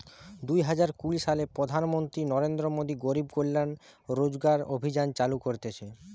দুই হাজার কুড়ি সালে প্রধান মন্ত্রী নরেন্দ্র মোদী গরিব কল্যাণ রোজগার অভিযান চালু করিছে